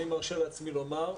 אני מרשה לעצמי לומר,